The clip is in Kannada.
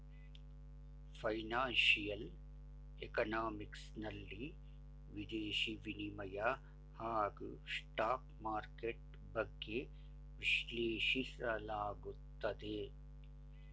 ಫೈನಾನ್ಸಿಯಲ್ ಎಕನಾಮಿಕ್ಸ್ ನಲ್ಲಿ ವಿದೇಶಿ ವಿನಿಮಯ ಹಾಗೂ ಸ್ಟಾಕ್ ಮಾರ್ಕೆಟ್ ಬಗ್ಗೆ ವಿಶ್ಲೇಷಿಸಲಾಗುತ್ತದೆ